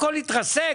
הכל יתרסק?